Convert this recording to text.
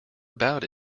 about